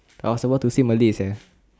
I was about to say malay sia